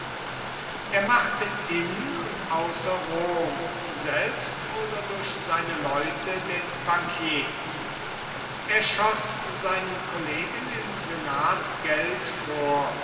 er machte in und außer rom selbst oder durch seine leute den bankier er schoß seinen kollegen im senat geld vor